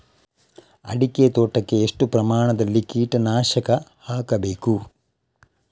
ಅಡಿಕೆ ತೋಟಕ್ಕೆ ಎಷ್ಟು ಪ್ರಮಾಣದಲ್ಲಿ ಕೀಟನಾಶಕ ಹಾಕಬೇಕು?